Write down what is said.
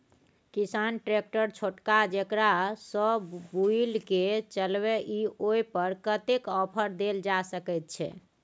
किसान ट्रैक्टर छोटका जेकरा सौ बुईल के चलबे इ ओय पर कतेक ऑफर दैल जा सकेत छै?